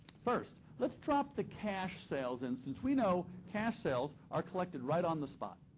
first, let's drop the cash sales in since we know cash sales are collected right on the spot.